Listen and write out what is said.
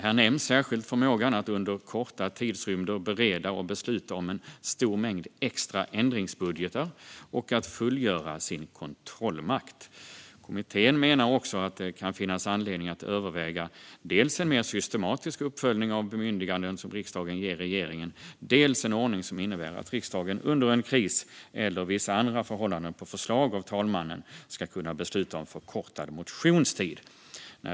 Här nämns särskilt förmågan att under korta tidsrymder bereda och besluta om en stor mängd extra ändringsbudgetar och att fullgöra sin kontrollmakt. Kommittén menar också att det kan finnas anledning att överväga dels en mer systematisk uppföljning av de bemyndiganden riksdagen ger regeringen, dels en ordning som innebär att riksdagen under en kris eller vissa andra förhållanden på förslag av talmannen ska kunna besluta om förkortad motionstid.